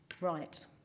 right